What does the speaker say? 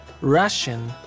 Russian